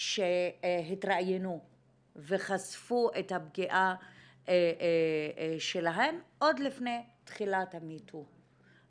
שהתראיינו וחשפו את הפגיעה שלהן עוד לפני תחילת ה-Me too.